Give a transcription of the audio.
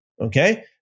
okay